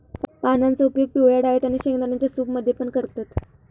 पानांचो उपयोग पिवळ्या डाळेत आणि शेंगदाण्यांच्या सूप मध्ये पण करतत